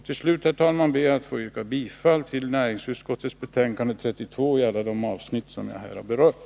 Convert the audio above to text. Till slut, herr talman, ber jag att få yrka bifall till näringsutskottets hemställan i betänkande nr 32 i alla de avsnitt som jag här har berört.